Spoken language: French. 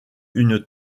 une